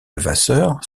levasseur